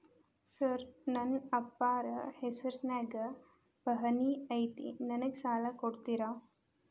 Sir ನನ್ನ ಅಪ್ಪಾರ ಹೆಸರಿನ್ಯಾಗ್ ಪಹಣಿ ಐತಿ ನನಗ ಸಾಲ ಕೊಡ್ತೇರಾ?